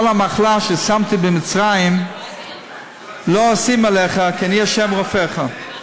"כל המחלה אשר שמתי במצרים לא אשים עליך כי אני ה' רפאך" זה,